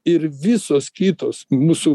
ir visos kitos mūsų